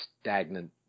stagnant